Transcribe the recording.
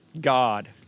God